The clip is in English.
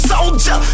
Soldier